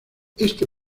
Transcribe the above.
este